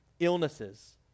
Illnesses